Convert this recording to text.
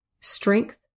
strength